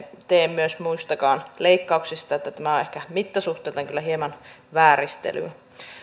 tee muistakaan leikkauksista niin että tämä on ehkä mittasuhteiltaan kyllä hieman vääristelyä